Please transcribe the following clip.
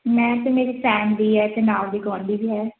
ਮੈਂ ਅਤੇ ਮੇਰੀ ਫੈਮਲੀ ਹੈ ਅਤੇ ਨਾਲ ਦੀ ਗੁਆਂਢੀ ਵੀ ਹੈ